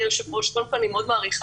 הרי ברור שלצו עיכוב היציאה מהארץ אין